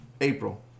April